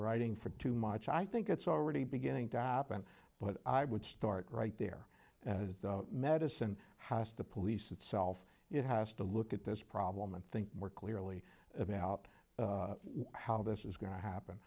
writing for too much i think it's already beginning to happen but i would start right there medicine has to police itself it has to look at this problem and think more clearly about how this is going to happen